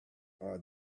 are